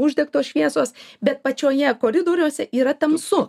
uždegtos šviesos bet pačioje koridoriuose yra tamsu